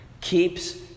keeps